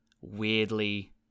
weirdly